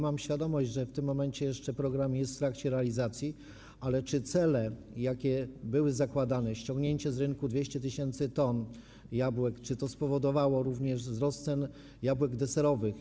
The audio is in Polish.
Mam świadomość, że w tym momencie program jest jeszcze w trakcie realizacji, ale czy cele, jakie były zakładane, ściągnięcie z rynku 200 tys. t jabłek, spowodowały również wzrost cen jabłek deserowych?